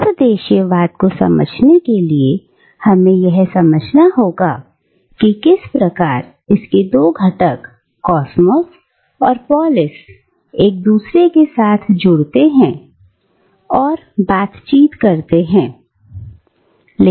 सर्वोदय शिवाद को समझने के लिए हमें यह समझना होगा कि इस प्रकार इसके दो घटक कॉसमॉस और पॉलिश एक दूसरे के साथ जुड़ते हैं और बातचीत करते हैं तुम ग्राम